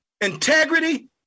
integrity